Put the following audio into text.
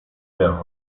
della